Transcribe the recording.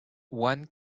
one